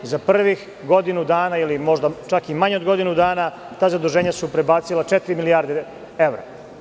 Za prvih godinu dana, ili možda čak i manje od godinu dana, ta zaduženja su prebacila četiri milijarde evra.